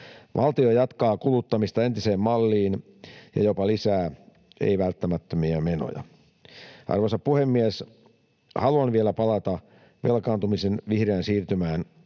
Valtio jatkaa kuluttamista entiseen malliin ja jopa lisää ei-välttämättömiä menoja. Arvoisa puhemies! Haluan vielä palata velkaantumiseen vihreän siirtymän